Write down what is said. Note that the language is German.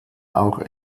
auch